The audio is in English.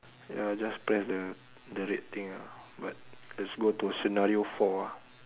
ya just press the the red thing ah but let's go to scenario four ah